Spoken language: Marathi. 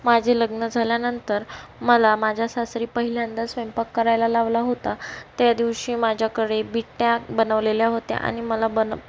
माझे लग्न झाल्यानंतर मला माझ्या सासरी पहिल्यांदा स्वयंपाक करायला लावला होता त्या दिवशी माझ्याकडे बिट्ट्या बनवलेल्या होत्या आणि मला